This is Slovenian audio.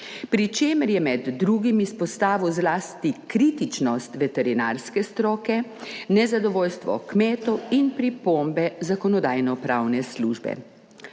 pri čemer je med drugim izpostavil zlasti kritičnost veterinarske stroke, nezadovoljstvo kmetov in pripombe Zakonodajno-pravne službe.